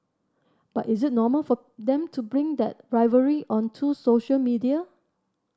but is it normal for them to bring that rivalry onto social media